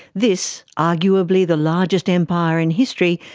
this, arguably the largest empire in history,